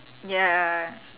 ya